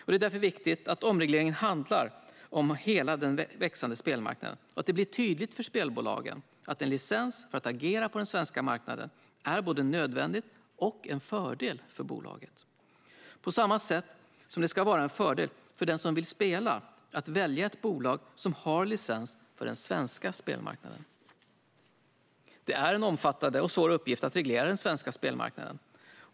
Det är därför viktigt att omregleringen handlar om hela den växande spelmarknaden och att det blir tydligt för spelbolagen att en licens för att agera på den svenska marknaden är både nödvändigt och en fördel för bolaget. På samma sätt ska det vara en fördel för den som vill spela att välja ett bolag som har licens för den svenska spelmarknaden. Det är en omfattande och svår uppgift att reglera den svenska spelmarknaden.